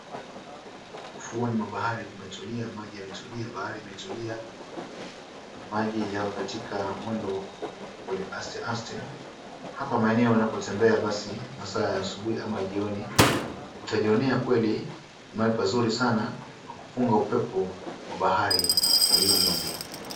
Ufuoni mwa bahari kumetulia maji yametulia bahari imetulia. Maji yako katika mwendo wa aste aste. Hapa maeneo unapo tembea basi masaa ya asubuhi au jioni. Utajionea kweli ni mahali pazuri sana pakupunga upepo wa bahari hii Indi.